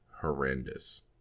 horrendous